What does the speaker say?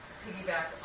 piggyback